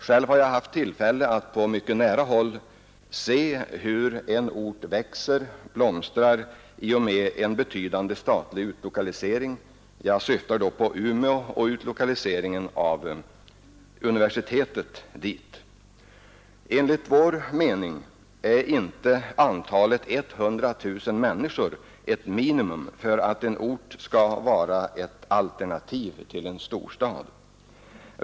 Själv har jag haft tillfälle att på mycket nära håll se hur en ort växer och blomstrar i och med en betydande statlig utlokalisering. Jag syftar på Umeå och utlokaliseringen av universitetet dit. Enligt vår mening är inte antalet 100 000 människor ett minimum för att en ort skall vara ett alternativ till en storstad.